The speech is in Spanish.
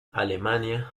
alemania